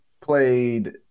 played